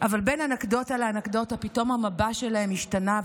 אבל בין אנקדוטה לאנקדוטה פתאום המבע שלהם השתנה,